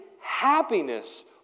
happiness